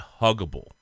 huggable